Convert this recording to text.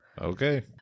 Okay